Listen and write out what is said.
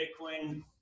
Bitcoin